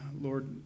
Lord